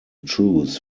choose